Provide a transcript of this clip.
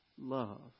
love